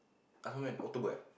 last month when October eh